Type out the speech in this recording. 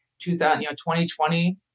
2020